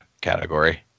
category